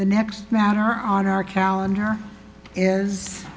the next matter on our calendar is